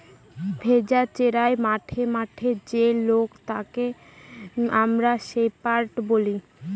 ভেড়া চোরাই মাঠে মাঠে যে লোক তাকে আমরা শেপার্ড বলি